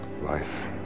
Life